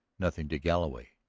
nothing to galloway,